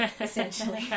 essentially